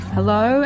Hello